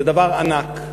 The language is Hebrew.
זה דבר ענק.